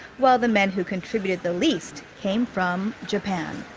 while the men who contributed the least came from. japan.